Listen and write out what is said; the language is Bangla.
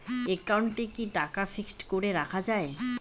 একাউন্টে কি টাকা ফিক্সড করে রাখা যায়?